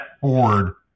forward